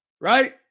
Right